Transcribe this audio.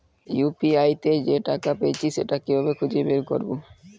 UPI তে যে টাকা পেয়েছি সেটা কিভাবে খুঁজে বের করবো?